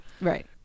right